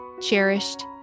cherished